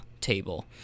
table